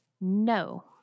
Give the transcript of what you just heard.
No